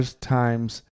times